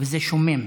וזה שומם.